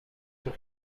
sur